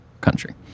country